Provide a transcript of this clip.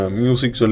music